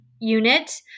unit